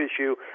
issue